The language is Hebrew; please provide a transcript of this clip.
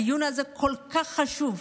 הדיון הזה הוא כל כך חשוב.